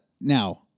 Now